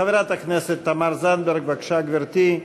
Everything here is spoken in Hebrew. חברת הכנסת תמר זנדברג, בבקשה, גברתי.